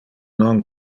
non